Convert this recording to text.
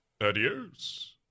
Adios